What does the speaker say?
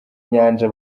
inyanja